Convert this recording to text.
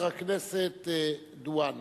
ואחריה, חבר הכנסת דואן.